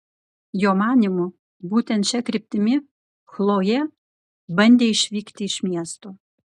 jo manymu būtent šia kryptimi chlojė bandė išvykti iš miesto